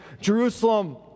Jerusalem